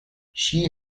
she